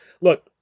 Look